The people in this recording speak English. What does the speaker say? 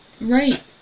Right